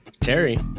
Terry